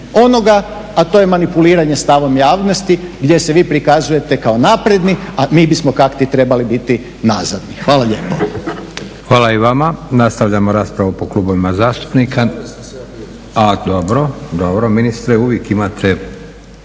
onoga a to je manipuliranje stavom javnosti gdje se vi prikazujete kao napredni, a mi bismo kak ti trebali biti nazadni. Hvala lijepo. **Leko, Josip (SDP)** Hvala i vama. Nastavljamo raspravu po klubovima zastupnika. … /Upadica se ne razumije./